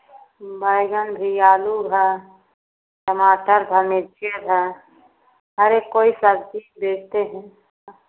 बैगन भी आलू है टमाटर है मिर्ची है हरेक कोई सब्ज़ी बेचते हैं